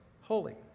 holy